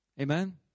Amen